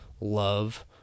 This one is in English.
love